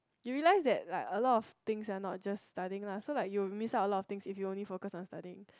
you realize that like a lot of things are not just studying lah so like you will miss out a lot of things if you only focus on studying